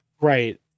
Right